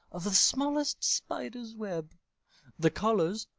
of the smallest spider's web the collars,